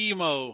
Emo